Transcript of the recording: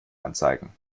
anzeigen